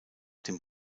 dem